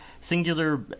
singular